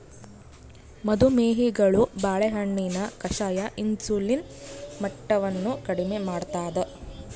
ಮದು ಮೇಹಿಗಳು ಬಾಳೆಹಣ್ಣಿನ ಕಷಾಯ ಇನ್ಸುಲಿನ್ ಮಟ್ಟವನ್ನು ಕಡಿಮೆ ಮಾಡ್ತಾದ